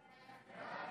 תקנות